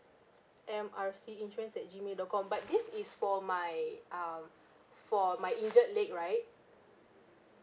M R C insurance at G mail dot com but this is for my ah for my injured leg right